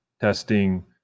testing